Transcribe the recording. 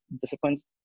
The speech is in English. disciplines